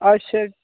अच्छा